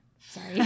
Sorry